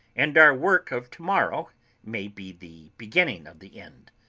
and our work of to-morrow may be the beginning of the end.